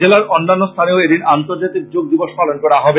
জেলার অন্যান্য স্থানে ও এদিন আন্তজাতিক যোগ দিবস পালন করা হবে